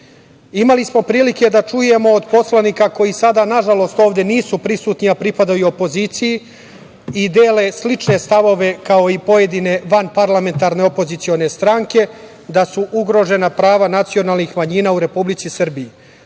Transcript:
smo prilike da čujemo od poslanika koji sada, nažalost, ovde nisu prisutni, a pripadaju opoziciji i dele slične stavove kao i pojedine vanparlamentarne opozicione stranke, da su ugrožena prava nacionalnih manjina u Republici Srbiji. Kao